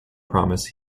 promise